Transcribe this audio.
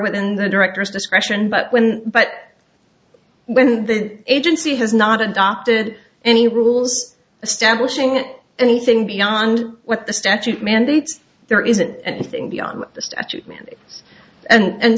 within the director's discretion but when but when the agency has not adopted any rules establishing anything beyond what the statute mandates there isn't anything beyond the statute mandate and